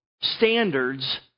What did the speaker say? standards